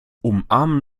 umarmen